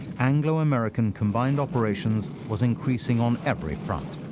anglo-american combined operations was increasing on every front.